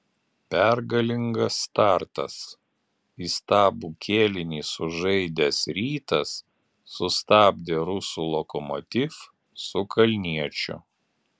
pergalingas startas įstabų kėlinį sužaidęs rytas sustabdė rusų lokomotiv su kalniečiu